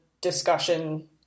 discussion